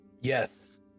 Yes